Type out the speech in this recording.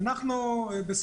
(שקף: תוכנית חומש,